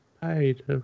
paid